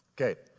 Okay